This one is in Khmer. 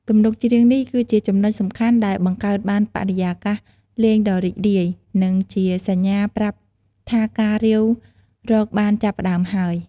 ទំនុកច្រៀងនេះគឺជាចំណុចសំខាន់ដែលបង្កើតបានបរិយាកាសលេងដ៏រីករាយ និងជាសញ្ញាប្រាប់ថាការរាវរកបានចាប់ផ្តើមហើយ។